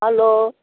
hello